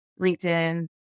LinkedIn